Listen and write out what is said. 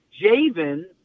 Javen